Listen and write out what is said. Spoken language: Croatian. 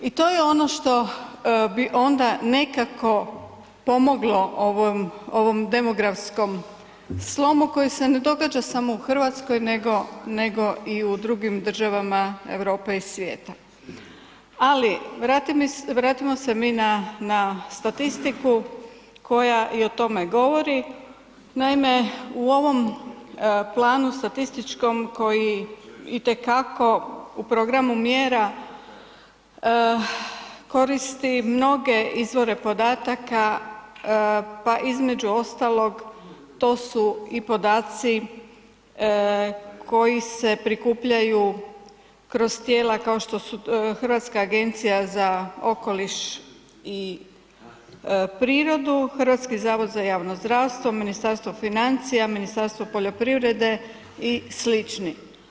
I to je ono što bi onda nekako pomoglo ovom demografskom slomu koji se ne događa samo u Hrvatskoj nego i u drugim državama Europe i svijeta ali vratimo se mi na statistiku koja i o tome govori, naime u ovom planu statističkom koji itekako u programu mjera koristi mnoge izvore podataka pa između ostalog to su i podaci koji se prikupljaju kroz tijela kao što Hrvatska agencija za okoliš i prirodu, HZJZ, Ministarstvo financija, Ministarstvo poljoprivrede i slični.